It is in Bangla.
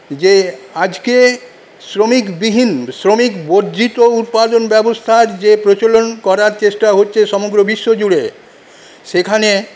যে আজকে শ্রমিকবিহীন শ্রমিক বর্জিত উৎপাদন ব্যবস্থার আজ যে প্রচলন করার চেষ্টা হচ্ছে সমগ্র বিশ্বজুড়ে সেখানে